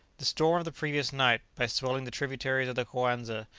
the storm of the previous night, by swelling the tributaries of the coanza,